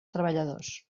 treballadors